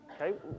Okay